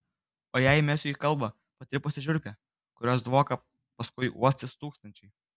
o jei įmesiu į kalbą pastipusią žiurkę kurios dvoką paskui uostys tūkstančiai